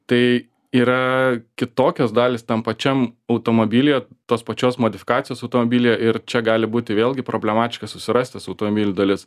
tai yra kitokios dalys tam pačiam automobilyje tos pačios modifikacijos automobilyje ir čia gali būti vėlgi problematiška susirasti tas automilių dalis